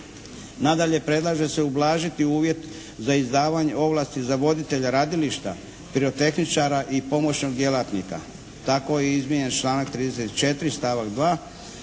Nadalje predlaže se ublažiti uvjet za izdavanje ovlasti za voditelja radilišta, pirotehničara i pomoćnog djelatnika. Tako je i izmijenjen članak 34., stavak 2.,